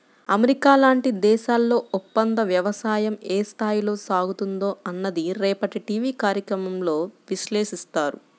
America లాంటి దేశాల్లో ఒప్పందవ్యవసాయం ఏ స్థాయిలో సాగుతుందో అన్నది రేపటి టీవీ కార్యక్రమంలో విశ్లేషిస్తారు